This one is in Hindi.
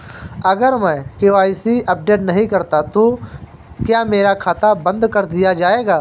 अगर मैं के.वाई.सी अपडेट नहीं करता तो क्या मेरा खाता बंद कर दिया जाएगा?